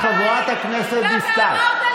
חברת הכנסת דיסטל,